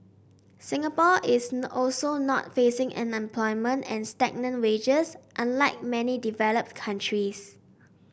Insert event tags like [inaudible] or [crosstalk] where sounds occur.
Singapore is [unintelligible] also not facing unemployment and stagnant wages unlike many developed countries